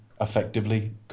effectively